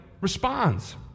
responds